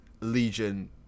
Legion